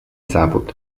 zawód